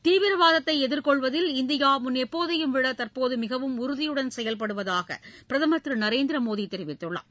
தீவிரவாதத்தை எதிர்கொள்வதில் இந்தியா முன் எப்போதையும்விட தற்போது மிகவும் உறுதியுடன் செயல்படுவதாக பிரதமர் திரு நரேந்திர மோடி தெரிவித்துள்ளார்